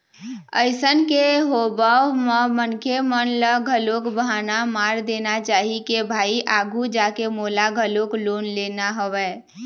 अइसन के होवब म मनखे मन ल घलोक बहाना मार देना चाही के भाई आघू जाके मोला घलोक लोन लेना हवय